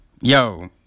yo